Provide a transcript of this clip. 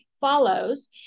follows